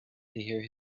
hear